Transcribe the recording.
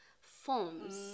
forms